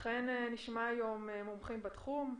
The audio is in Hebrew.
לכן נשמע היום מומחים בתחום.